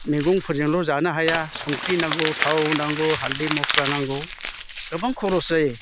मैगंफोरजोंल' जानो हाया संख्रि नांगौ थाव नागौ हालदै मस्ला नांगौ गोबां खरस जायो